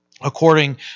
according